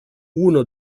uno